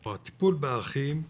או הטפול באחים,